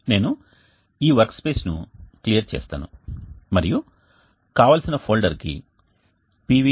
నేను ఈ వర్క్స్పేస్ను క్లియర్ చేస్తాను మరియు కావలసిన ఫోల్డర్కి pv